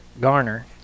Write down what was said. Garner